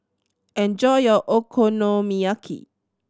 enjoy your Okonomiyaki